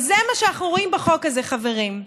וזה מה שאנחנו רואים בחוק הזה, חברים: